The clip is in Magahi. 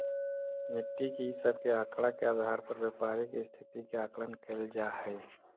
निफ़्टी इ सब के आकड़ा के आधार पर व्यापारी के स्थिति के आकलन कैइल जा हई